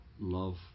love